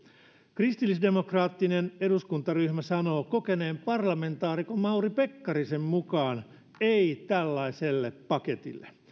kristillisdemokraattinen eduskuntaryhmä sanoo kokeneen parlamentaarikon mauri pekkarisen tavoin ei tällaiselle paketille